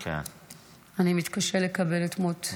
אני מתקשה לקבל את מות בני.